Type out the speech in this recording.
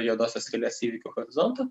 juodosios skylės įvykių horizontu